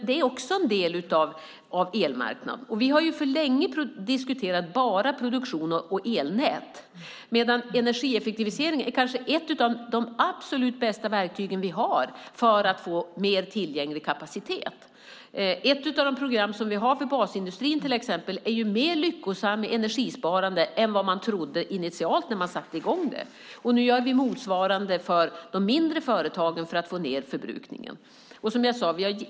Det är också en del av elmarknaden. Vi har länge bara diskuterat produktion och elnät, men energieffektivisering är kanske ett av de absolut bästa verktygen vi har för att få mer tillgänglig kapacitet. Ett av de program som vi har för basindustrin är mer lyckosamt när det gäller energisparande än vad man initialt trodde när man satte i gång det. Nu gör vi motsvarande för de mindre företagen för att få ned förbrukningen.